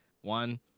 One